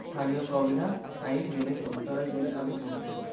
স্থানীয় প্রবিধান আইন মেনে চলতে হয় বলে আমি মনে করি